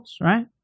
right